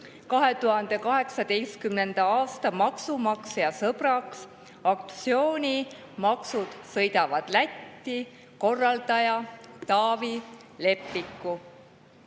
2018. aasta maksumaksja sõbraks aktsiooni "Maksud sõidavad Lätti" korraldaja Taavi Leppiku.